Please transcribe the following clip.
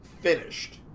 finished